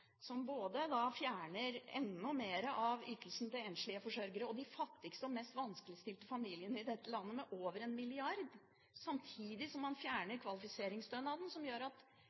som fjerner enda mer av ytelsen til enslige forsørgere og de fattigste og mest vanskeligstilte familiene i dette landet med over 1 mrd. kr, samtidig som man fjerner kvalifiseringsstønaden, som gjør at